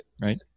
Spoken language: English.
right